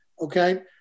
okay